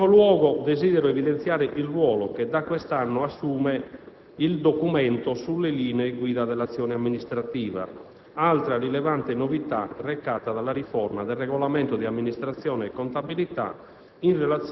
In primo luogo, desidero evidenziare il ruolo che da quest'anno assume il «documento sulle linee guida dell'azione amministrativa» - altra rilevante novità recata dalla riforma del Regolamento di amministrazione e contabilità